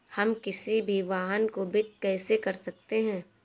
हम किसी भी वाहन को वित्त कैसे कर सकते हैं?